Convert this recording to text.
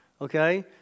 okay